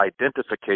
Identification